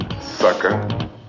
sucker